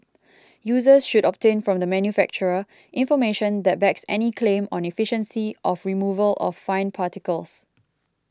users should obtain from the manufacturer information that backs any claim on efficiency of removal of fine particles